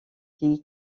qui